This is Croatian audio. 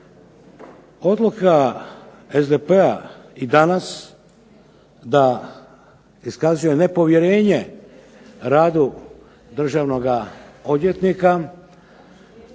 Odluka SDP-a i danas da iskazuje nepovjerenje radu državnog odvjetnika